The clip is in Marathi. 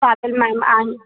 चालेल मॅम आणि